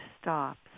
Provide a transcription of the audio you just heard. stops